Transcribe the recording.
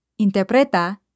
interpreta